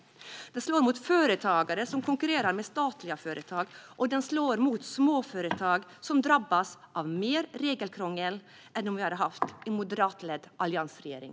Den slår mot företagare som konkurrerar med statliga företag. Och den slår mot småföretag, som drabbas av mer regelkrångel än om vi hade haft en moderatledd alliansregering.